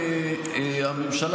הממשלה,